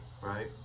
right